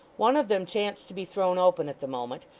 one of them chanced to be thrown open at the moment,